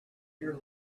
your